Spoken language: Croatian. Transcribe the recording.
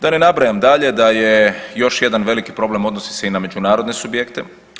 Da ne nabrajam dalje da je još jedan veliki problem, odnosi se i na međunarodne subjekte.